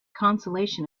consolation